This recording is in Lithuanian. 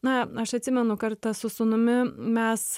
na aš atsimenu kartą su sūnumi mes